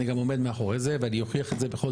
אני גם עומד מאחורי זה ואני אוכיח את זה בכל